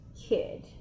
kid